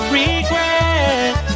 regret